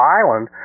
island